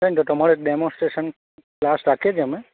તમારો એક demonstration class રાખીએ છીએ અમે